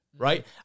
Right